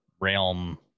realm